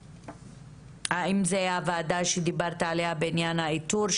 האם זה הוועדה שדיברת עליה בעניין האיתור,